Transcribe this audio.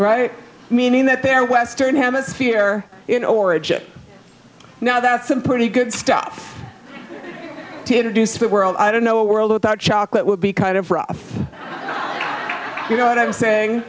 right meaning that they're western hemisphere in origin now that's some pretty good stuff to do spit world i don't know a world without chocolate would be kind of rough you know what i'm saying